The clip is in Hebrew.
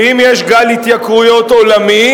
ואם יש גל התייקרויות עולמי,